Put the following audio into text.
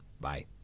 Bye